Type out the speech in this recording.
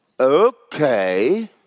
okay